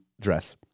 dress